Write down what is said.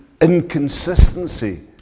inconsistency